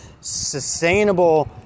sustainable